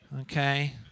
okay